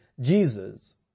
Jesus